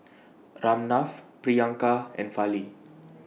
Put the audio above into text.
Ramnath Priyanka and Fali